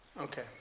Okay